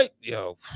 Yo